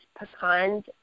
Pecans